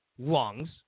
lungs